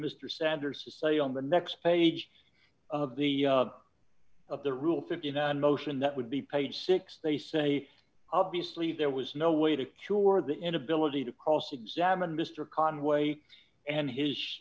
mr sanders say on the next page of the of the rule fifty nine motion that would be page six they say obviously there was no way to cure the inability to cross examine mr conway and his